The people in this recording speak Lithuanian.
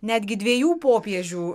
netgi dviejų popiežių